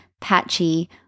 patchy